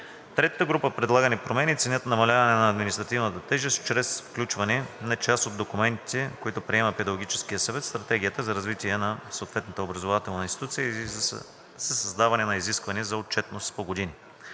Третата група предлагани промени целят намаляване на административната тежест чрез включване на част от документите, които приема Педагогическия съвет, в Стратегията за развитието на съответната образователна институция и за създаване на изискване за отчетност по години.